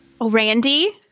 Randy